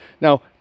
Now